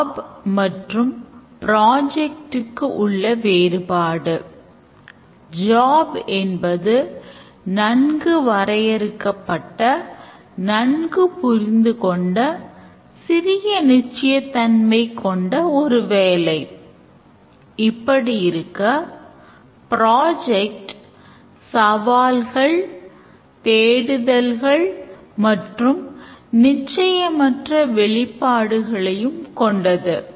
job சவால்கள் தேடுதல்கள் மற்றும் நிச்சயமற்ற வெளிப்பாடுகளையும் கொண்டது